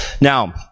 Now